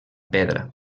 pedra